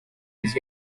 his